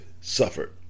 suffered